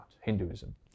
Hinduism